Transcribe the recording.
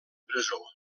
presó